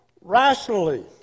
rationally